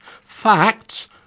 Facts